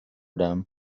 them